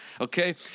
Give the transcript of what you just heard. okay